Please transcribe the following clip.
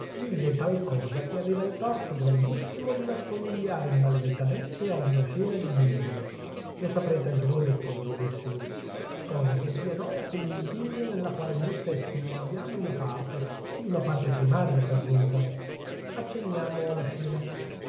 vide tal cosa che aveva il torto grandissimo di rassomigliare maledettamente ad una scena d'idillio lo saprete anche voi lettori umanissimi non c'è cosa che dia noia come un idillio nel quale noi stessi non abbiamo una parte ed una parte primaria per giunta accenniamo la scena